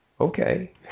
okay